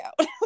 out